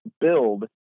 build